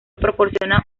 proporciona